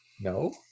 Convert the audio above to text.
No